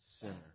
sinner